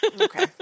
Okay